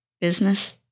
business